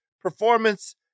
performance